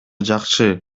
жакшы